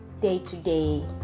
day-to-day